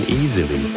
easily